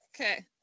Okay